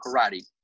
karate